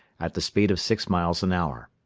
at the speed of six miles an hour.